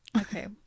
okay